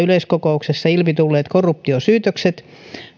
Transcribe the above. yleiskokouksessa ilmitulleet korruptiosyytökset